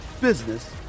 business